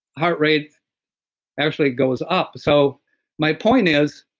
heart rate actually goes up so my point is,